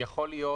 יכול להיות,